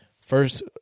First